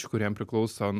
kuriems priklauso